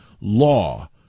law